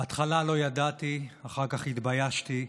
בהתחלה לא ידעתי, אחר כך התביישתי,